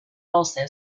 also